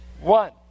One